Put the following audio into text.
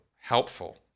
helpful